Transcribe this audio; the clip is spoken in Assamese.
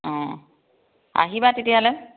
অঁ আহিবা তেতিয়াহ'লে